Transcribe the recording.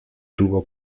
tuvo